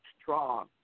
strong